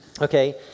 okay